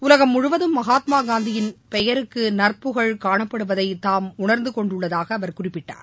உலகம் முழுவதும் மகாத்மா காந்தியின் பெயருக்கு நற்புகழ் காணப்படுவதை தாம் உணர்ந்து கொண்டுள்ளதாக அவர் குறிப்பிட்டார்